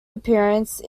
appearance